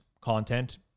content